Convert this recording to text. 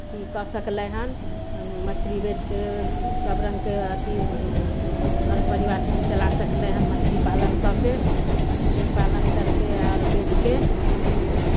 अथी कऽ सकलै हन मछरी बेचके सब रङ्गके अथी घर परिवार भी चला सकलै हन मछली पालन कऽके मछली पालन करके आओर बेचके